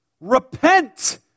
Repent